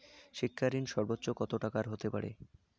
শিক্ষা ঋণ সর্বোচ্চ কত টাকার হতে পারে?